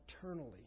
eternally